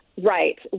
Right